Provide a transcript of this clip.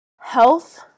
Health